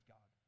God